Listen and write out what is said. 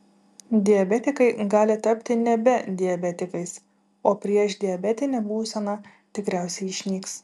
diabetikai gali tapti nebe diabetikais o priešdiabetinė būsena tikriausiai išnyks